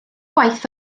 gwaith